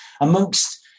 amongst